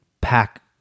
pack